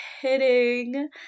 kidding